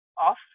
off